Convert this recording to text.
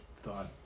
thought